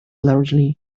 largely